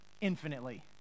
infinitely